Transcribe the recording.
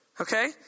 okay